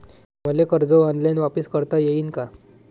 मले कर्ज ऑनलाईन वापिस करता येईन का?